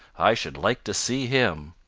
i should like to see him.